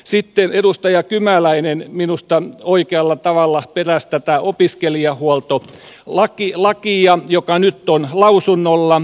sitten edustaja kymäläinen minusta oikealla tavalla peräsi opiskelijahuoltolakia joka nyt on lausunnolla